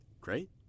great